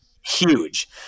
huge